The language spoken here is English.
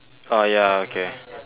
uh ya okay